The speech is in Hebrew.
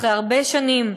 אחרי הרבה שנים,